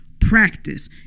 practice